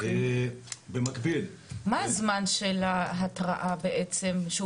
מה הזמן של ההתראה בעצם החל מהזמן